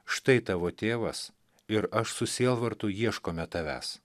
štai tavo tėvas ir aš su sielvartu ieškome tavęs